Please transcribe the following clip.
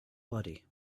body